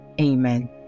Amen